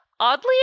Oddly